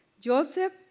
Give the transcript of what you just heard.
Joseph